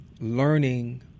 learning